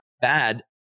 bad